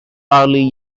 early